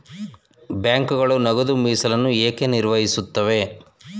ಬ್ಯಾಂಕುಗಳು ನಗದು ಮೀಸಲನ್ನು ಏಕೆ ನಿರ್ವಹಿಸುತ್ತವೆ?